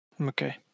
Okay